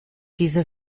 dieser